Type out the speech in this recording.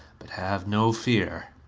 but have no fear